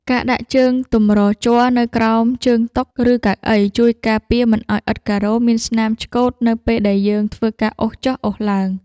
ការដាក់ជើងទម្រជ័រនៅក្រោមជើងតុ ឬកៅអីជួយការពារមិនឱ្យឥដ្ឋការ៉ូមានស្នាមឆ្កូតនៅពេលដែលយើងធ្វើការអូសចុះអូសឡើង។